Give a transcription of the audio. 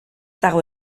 dago